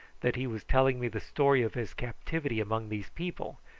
that he was telling me the story of his captivity among these people,